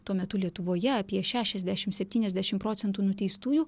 tuo metu lietuvoje apie šešiasdešim septyniasdešim procentų nuteistųjų